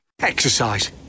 Exercise